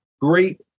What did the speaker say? great